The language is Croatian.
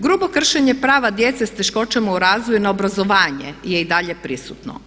Grubo kršenje prava djece s teškoćama u razvoju na obrazovanje je i dalje prisutno.